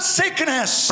sickness